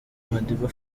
madiba